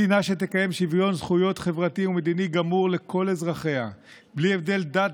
מדינה שתקיים שוויון זכויות חברתי ומדיני גמור לכל אזרחיה בלי הבדלי דת,